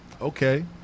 Okay